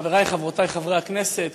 חברי וחברותי חברי הכנסת,